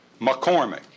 McCormick